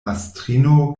mastrino